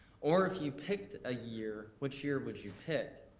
or, if you picked a year, which year would you pick?